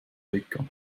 rica